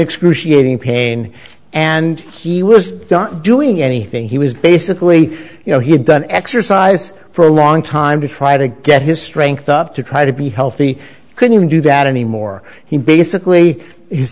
excruciating pain and he was not doing anything he was basically you know he had done exercise for a long time to try to get his strength up to try to be healthy couldn't do that anymore he basically h